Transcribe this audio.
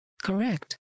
Correct